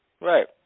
Right